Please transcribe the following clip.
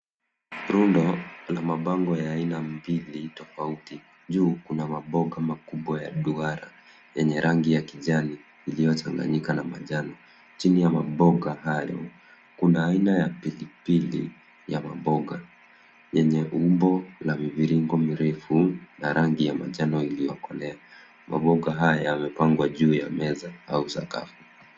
Rundo la bango ya aina mbili tofauti juu kuna maboga makubwa ya duara yenye rangi ya kijani iliyochanganyika na majano, chini ya maboga hayo kuna aina ya pili ya maboga yenye umbo la mviringo mirefu na rangi ya manjano iliyokolea ,maboga haya yamepangwa juu ya meza au sakafu.